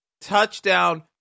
Touchdown